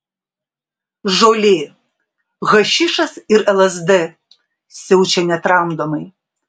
žolė hašišas ir lsd siaučia netramdomai